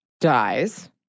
dies